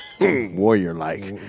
warrior-like